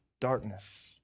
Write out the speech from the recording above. darkness